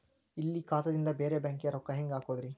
ಇಲ್ಲಿ ಖಾತಾದಿಂದ ಬೇರೆ ಬ್ಯಾಂಕಿಗೆ ರೊಕ್ಕ ಹೆಂಗ್ ಹಾಕೋದ್ರಿ?